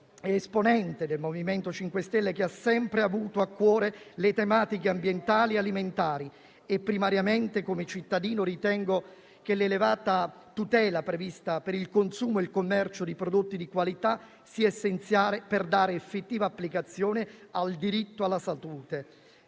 ed esponente del MoVimento 5 Stelle, che ha sempre avuto a cuore le tematiche ambientali e alimentari, e primariamente come cittadino, ritengo che l'elevata tutela prevista per il consumo e il commercio di prodotti di qualità sia essenziale, sia per dare effettiva applicazione al diritto alla salute,